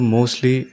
Mostly